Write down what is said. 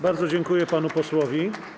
Bardzo dziękuję panu posłowi.